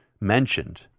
mentioned